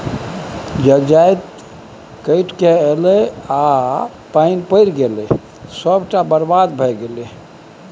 जजाति कटिकए ऐलै आ पानि पड़ि गेलै सभटा बरबाद भए गेलै